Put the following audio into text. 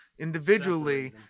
individually